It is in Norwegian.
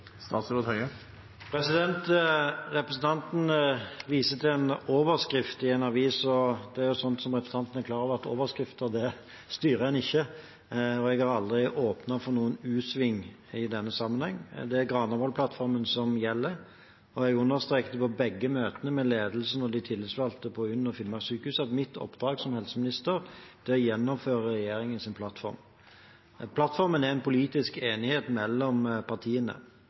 Representanten viser til en overskrift i en avis, og det er slik, som representanten er klar over, at overskrifter styrer en ikke. Jeg har aldri åpnet for noen u-sving i denne sammenheng. Det er Granavolden-plattformen som gjelder. Jeg understreket på begge møtene med ledelsen og de tillitsvalgte ved UNN og Finnmarkssykehuset at mitt oppdrag som helseminister er å gjennomføre regjeringsplattformen. Plattformen er en politisk enighet mellom partiene,